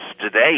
today